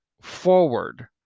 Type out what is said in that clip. forward